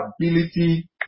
ability